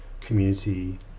community